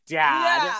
dad